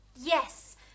Yes